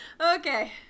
okay